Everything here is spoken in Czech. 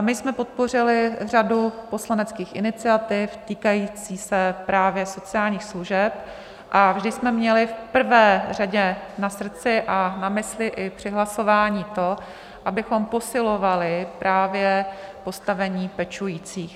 My jsme podpořili řadu poslaneckých iniciativ týkajících se právě sociálních služeb a vždy jsme měli v prvé řadě na srdci a na mysli i při hlasování to, abychom posilovali právě postavení pečujících.